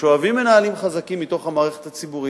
שואבים מנהלים חזקים מתוך המערכת הציבורית.